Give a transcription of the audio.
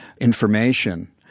information